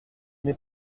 n’ai